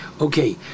Okay